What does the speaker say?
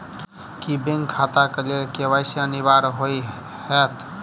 की bank खाता केँ लेल के.वाई.सी अनिवार्य होइ हएत?